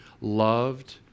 loved